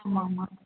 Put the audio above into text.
ஆமாம் ஆமாம்